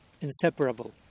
inseparable